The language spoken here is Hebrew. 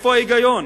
מה ההיגיון?